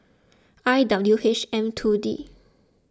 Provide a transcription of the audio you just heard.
I W H M two D